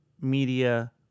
media